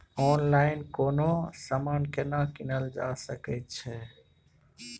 Online कोनो समान केना कीनल जा सकै छै?